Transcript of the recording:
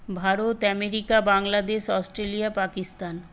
Bharat America Bangladesh Australia Pakistan